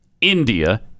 India